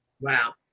Wow